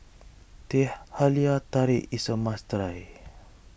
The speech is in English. Teh Halia Tarik is a must try